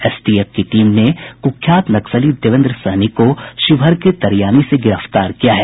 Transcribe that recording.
STF की team ने कुख्यात नक्सली देवेन्द्र सहनी को शिवहर के तरियानी से गिरफ्तार किया है